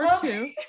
two